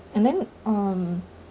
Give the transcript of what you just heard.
and then um